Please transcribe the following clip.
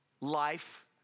life